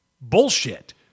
bullshit